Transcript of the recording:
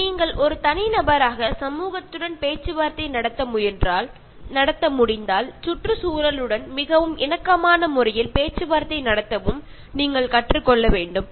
ഒരു വ്യക്തിയെന്ന നിലയിൽ നിങ്ങൾക്ക് സമൂഹവുമായി ഇടപെടാൻ സാധിക്കുന്നുണ്ടെങ്കിൽ നിങ്ങൾക്ക് പ്രകൃതിയുമായി എങ്ങനെ നല്ല സൌഹാർദ്ദപരമായി ഇടപെടാം എന്നു മനസ്സിലാക്കാൻ കഴിയും